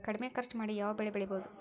ಕಡಮಿ ಖರ್ಚ ಮಾಡಿ ಯಾವ್ ಬೆಳಿ ಬೆಳಿಬೋದ್?